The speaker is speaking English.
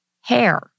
hair